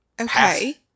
Okay